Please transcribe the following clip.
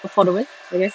affordable I guess